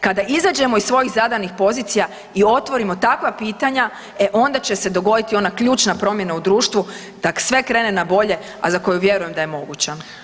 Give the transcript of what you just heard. Kada izađemo iz svojih zadanih pozicija i otvorimo takva pitanja, e onda će se dogoditi ona ključna promjena u društvu da sve krene na bolje, a za koju vjerujem da je moguća.